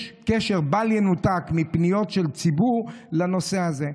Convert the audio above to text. יש קשר בל ינותק בין פניות של הציבור לנושא הזה,